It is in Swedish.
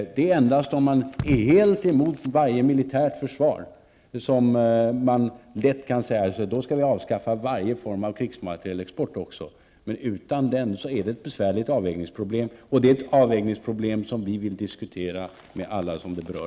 Det är endast om man är helt emot varje militärt försvar som man lätt kan säga sig att vi skall avskaffa varje form av krigsmaterielexport. Annars är det ett besvärligt avvägningsproblem. Det är ett avvägningsproblem som vi vill diskutera med alla som det berör.